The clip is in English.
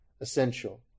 essential